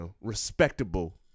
respectable